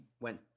went